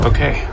Okay